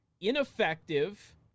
ineffective